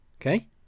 Okay